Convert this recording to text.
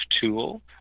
tool